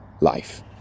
life